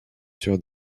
sur